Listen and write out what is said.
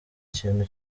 kintu